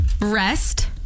Rest